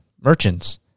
merchants